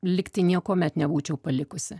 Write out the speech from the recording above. lygtai niekuomet nebūčiau palikusi